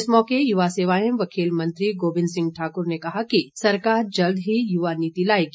इस मौके युवा सेवाएं व खेल मंत्री गोविंद सिंह ठाकुर ने कहा कि सरकार जल्द ही युवा नीति लाएगी